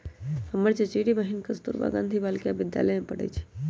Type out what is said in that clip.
हमर चचेरी बहिन कस्तूरबा गांधी बालिका विद्यालय में पढ़इ छइ